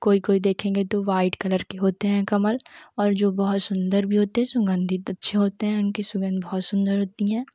कोई कोई देखेंगे तो वाइट कलर के होते हैं कमल और जो बहुत सुन्दर भी होते हैं सुगन्धित अच्छे होते हैं इनकी सुगंध बहुत सुन्दर होती है